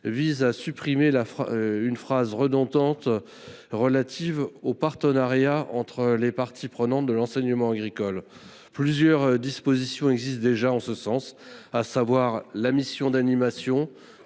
vise à supprimer une phrase redondante relative au partenariat entre les parties prenantes de l’enseignement agricole. Plusieurs dispositions allant dans ce sens existent déjà. Je pense à la mission d’animation